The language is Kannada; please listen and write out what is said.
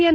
ಎನ್